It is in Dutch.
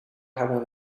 hebben